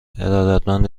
ارادتمند